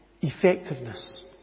effectiveness